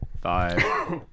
Five